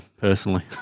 personally